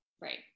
Right